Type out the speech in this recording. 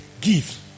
Give